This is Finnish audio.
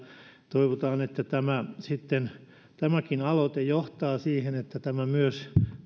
toivotaan että tämäkin aloite johtaa siihen että tämä kaivoslain uudistaminen myös